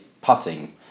putting